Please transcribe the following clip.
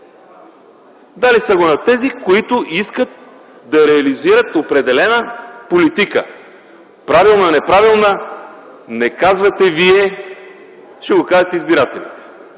Дали са го на тези, които искат да реализират определена политика – правилна или неправилна, не казвате Вие. Ще го кажат избирателите.